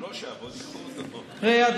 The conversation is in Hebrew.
ראה,